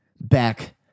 back